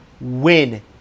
win